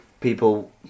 people